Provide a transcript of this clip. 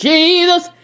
Jesus